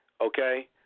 Okay